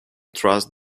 trust